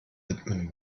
widmen